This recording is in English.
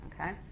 okay